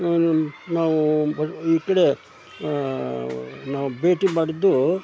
ನಾನು ನಾವು ಈ ಕಡೆ ನಾವು ಭೇಟಿ ಮಾಡಿದ್ದು